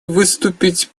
выступить